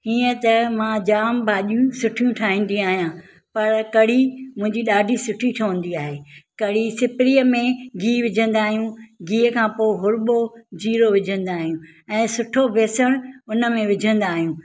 हीअं त मां जाम भाॼियूं सुठियूं ठाहींदी आहियां पर कढ़ी मुंहिंजी ॾाढी सुठी ठहंदी आहे कढ़ी सिपरीअ में गीहु विझंदा आहियूं गीहु खां पोइ हुर्बो जीरो विझंदा आहियूं ऐं सुठो बेसणु हुनमें विझंदा आहियूं